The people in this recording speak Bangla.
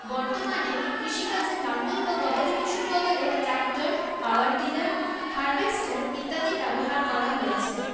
বর্তমানে কৃষিকাজে লাঙল বা গবাদি পশুর বদলে ট্র্যাক্টর পাওয়ার টিলার হারভেস্টর ইত্যাদি ব্যবহার করা হয়েছে